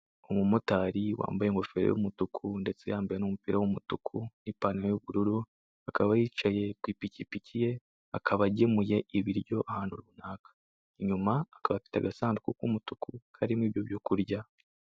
Umumotari wambaye ingofero y'umutuku, ndetse yambaye n'umupira w'umutuku, n'ipantaro y'ubururu, akaba yicaye ku ipikipiki ye, akaba agemuye ibiryo ahantu runaka. Inyuma akaba afite agasanduku k'umutuku, karimo ibyo byo kurya.